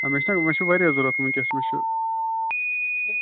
آ مےٚ چھُ نا مےٚ چھُ واریاہ ضوٚرَتھ وٕنکیٚس مےٚ چھُ